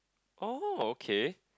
oh okay